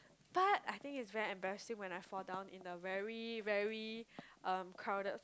but I think it's very embarrassing when I fall down in the very very um crowded